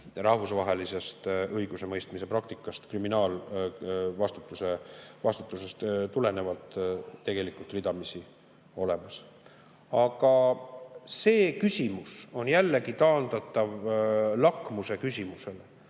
rahvusvahelise õigusemõistmise praktikas kriminaalvastutusest tulenevalt tegelikult ridamisi olemas. Aga see küsimus on jällegi taandatav lakmusküsimusele,